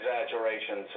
exaggerations